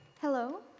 Hello